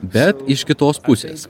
bet iš kitos pusės